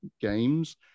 Games